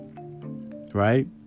right